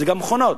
גם מכונות,